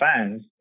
fans